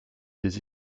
des